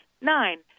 nine